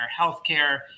healthcare